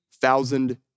thousand